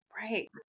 Right